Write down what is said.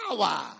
power